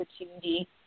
opportunity